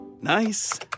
Nice